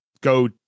go